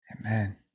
Amen